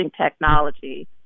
technology